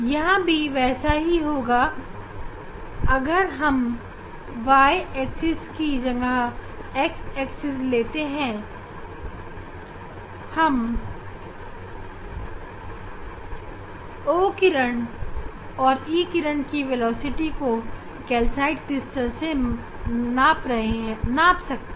यह वैसा ही होगा अगर हम y एक्सिस की जगह x एक्सिस को लेते हैं और इस तरह से हम कैल्साइट क्रिस्टल मैं O किरण और E किरण की वेलोसिटी को मैप कर सकते हैं